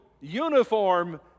uniform